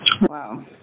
Wow